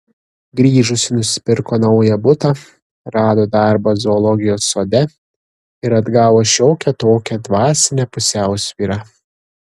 grįžusi nusipirko naują butą rado darbą zoologijos sode ir atgavo šiokią tokią dvasinę pusiausvyrą